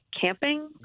camping